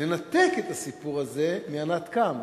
לנתק את הסיפור הזה מענת קם,